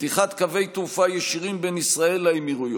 פתיחת קווי תעופה ישירים בין ישראל לאמירויות,